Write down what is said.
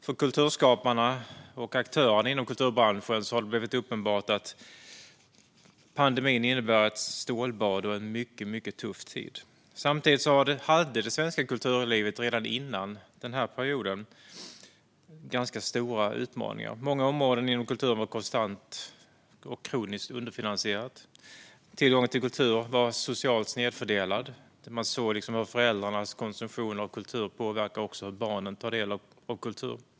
För kulturskaparna och aktörerna inom kulturbranschen har det blivit uppenbart att pandemin innebär ett stålbad och är en mycket tuff tid. Samtidigt hade det svenska kulturlivet redan innan pandemin haft stora utmaningar. Många områden inom kulturen har varit konstant och kroniskt underfinansierade. Tillgången till kultur har varit socialt snedfördelad. Föräldrarnas konsumtion av kultur påverkar också hur barnen tar del av kultur.